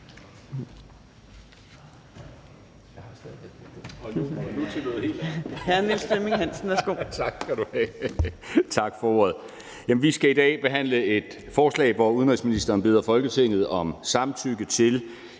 Vi skal i dag behandle et forslag, hvor udenrigsministeren beder Folketinget om samtykke til,